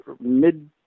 mid